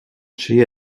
she